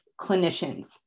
clinicians